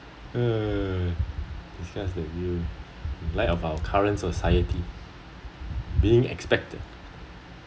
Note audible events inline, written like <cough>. <noise> discuss the view in light of our current society being expected